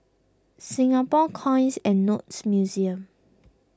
Singapore Coins and Notes Museum